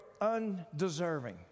undeserving